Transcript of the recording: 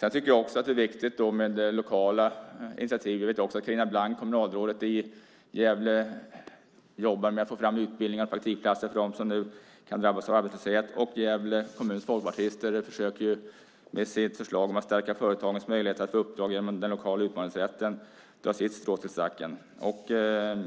Det är också viktigt med lokala initiativ. Jag vet att Carina Blank, kommunalråd i Gävle, jobbar med att få fram utbildningar och praktikplatser för dem som nu kan drabbas av arbetslöshet, och Gävle kommuns folkpartister försöker med sitt förslag om att stärka företagens möjligheter att få uppdrag genom den lokala utmaningsrätten att dra sitt strå till stacken.